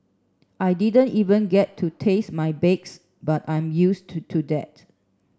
I didn't even get to taste my bakes but I'm used to to that